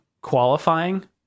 qualifying